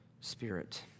spirit